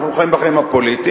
אנחנו חיים בחיים הפוליטיים,